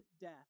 death